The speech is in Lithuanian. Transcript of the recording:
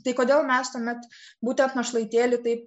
tai kodėl mes tuomet būtent našlaitėlį taip